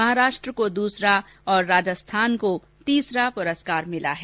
महाराष्ट्र को दूसरा और राजस्थान को तीसरा पुरस्कार मिला है